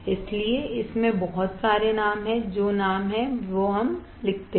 इसलिए इसमें बहुत सारे नाम हैं जो नाम हैं जो हम लिखते हैं